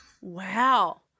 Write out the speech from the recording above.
Wow